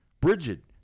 Bridget